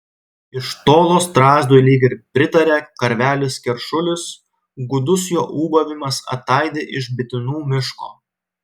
iš tolo strazdui lyg ir pritaria karvelis keršulis gūdus jo ūbavimas ataidi iš bitinų miško